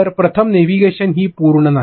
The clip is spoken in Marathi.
तर प्रथम नेव्हिगेशन ही पूर्ण नाही आहे